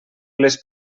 les